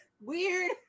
Weird